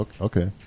Okay